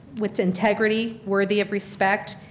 with integrity, worthy of respect,